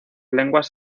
lenguas